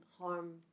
harm